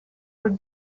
would